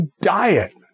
diet